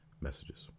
messages